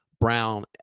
brown